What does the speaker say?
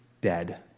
dead